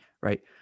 Right